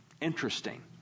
Interesting